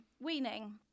weaning